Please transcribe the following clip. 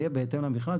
יהיה בהתאם למכרז.